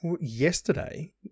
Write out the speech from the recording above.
yesterday